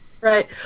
right